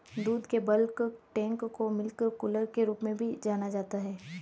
दूध के bulk tank को मिल्क कूलर के रूप में भी जाना जाता है